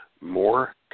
more